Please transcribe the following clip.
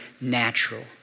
natural